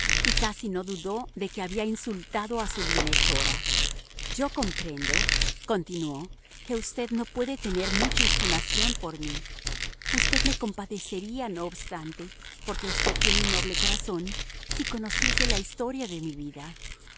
y casi no dudó de que había insultado a su bienhechora yo comprendo continuó que usted no puede tener mucha estimación por mí usted me compadecería no obstante porque usted tiene un noble corazón si conociese la historia de mi vida